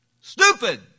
Stupid